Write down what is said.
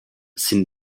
sind